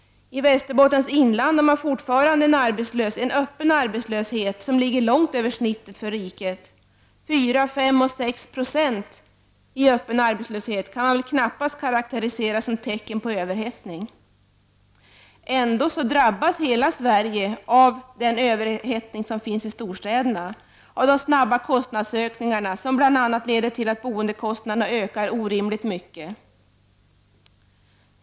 I Västerbottens inland har man fortfarande en öppen arbetslöshet som ligger långt över snittet för riket. 4, 5 och 6 20 i öppen arbetslöshet kan knappast karakteriseras som tecken på överhettning. Ändå drabbas hela Sverige av den överhettning som finns i storstäderna och de snabba kostnadsökningarna som bl.a. leder till att boendekostnaderna ökar orimligt mycket.